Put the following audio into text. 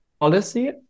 policy